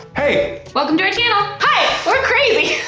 hey! welcome to our channel. hi! we're crazy.